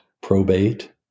probate